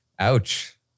Ouch